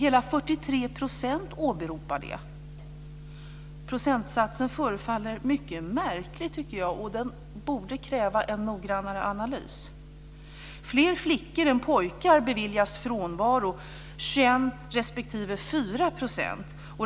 Hela 43 % åberopar det. Procentsatsen förefaller mycket märklig, tycker jag, och den borde kräva en noggrannare analys. Fler flickor än pojkar beviljas frånvaro, 21 respektive 4 %.